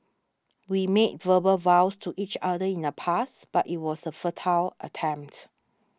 we made verbal vows to each other in the past but it was a futile attempt